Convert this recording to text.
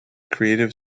creative